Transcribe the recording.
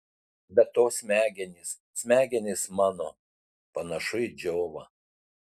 be to smegenys smegenys mano panašu į džiovą